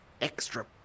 extra